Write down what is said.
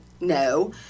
no